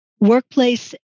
workplace